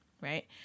right